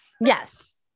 yes